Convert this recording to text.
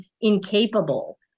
incapable